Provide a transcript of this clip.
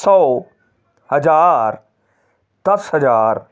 ਸੌ ਹਜ਼ਾਰ ਦਸ ਹਜ਼ਾਰ